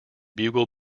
bugle